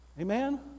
Amen